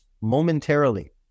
momentarily